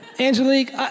Angelique